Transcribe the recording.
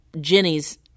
Jenny's